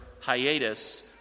hiatus